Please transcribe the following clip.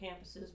campuses